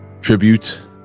Tribute